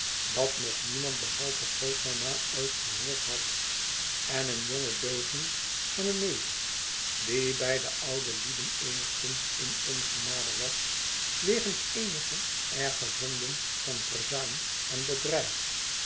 dat nog niemand behalve grootmama ooit gehoord had en een jonge deugniet van een neef die bij de oude lieden eenigszins in ongenade was wegens eenige erge zonden van verzuim en bedrijf